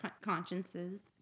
consciences